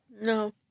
No